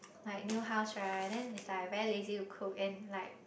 like new house right then it's like very lazy to cook and like